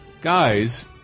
Guys